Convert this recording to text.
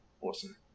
awesome